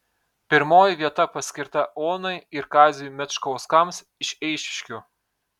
pirmoji vieta paskirta onai ir kaziui mečkauskams iš eišiškių